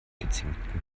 gezinkten